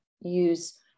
use